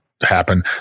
happen